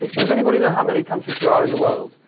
does anybody know how many countries there are in the world?